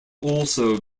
also